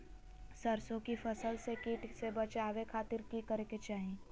सरसों की फसल के कीट से बचावे खातिर की करे के चाही?